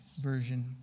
version